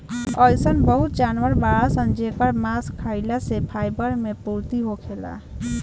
अइसन बहुते जानवर बाड़सन जेकर मांस खाइला से फाइबर मे पूर्ति होखेला